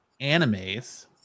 animes